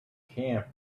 camp